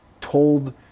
told